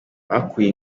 bakuye